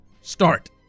start